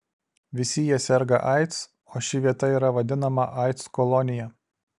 visi jie serga aids o ši vieta yra vadinama aids kolonija